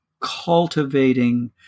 cultivating